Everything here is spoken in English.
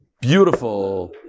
Beautiful